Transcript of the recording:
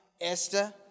Esther